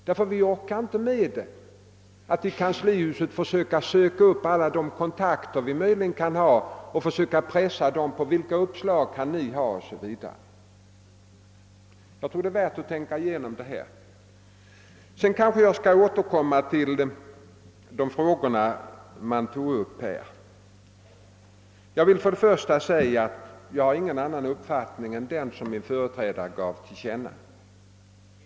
Vi i kanslihuset orkar inte med att försöka leta upp alla kontakter vi möjligen kan ha och pressa dem på uppslag. Jag tror att det är värt att tänka igenom detta. Jag skall återkomma till de frågor som togs upp här i debatten. Först och främst vill jag förklara att jag inte har någon annan uppfattning än den som min företrädare gav till känna.